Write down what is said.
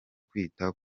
kwita